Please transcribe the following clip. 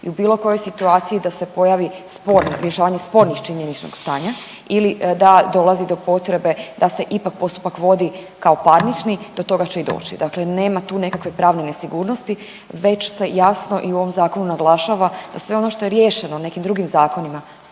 i u bilo kojoj situaciji da se pojavi sporna, rješavanje spornih činjeničnog stanja ili da dolazi do potrebe da se ipak postupak vodi kao parnični do toga će i doći, dakle nema tu nekakve pravne nesigurnosti već se jasno i u ovom zakonu naglašava da sve ono što je riješeno nekim drugim zakonima